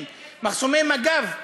עדיין יש מחסומי מג"ב בכבישים,